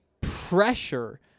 pressure